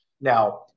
Now